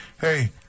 hey